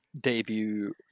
debut